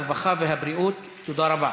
הרווחה והבריאות נתקבלה.